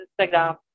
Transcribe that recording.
Instagram